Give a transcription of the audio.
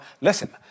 listen